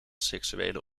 seksuele